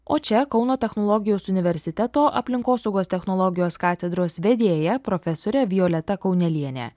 o čia kauno technologijos universiteto aplinkosaugos technologijos katedros vedėja profesorė violeta kaunelienė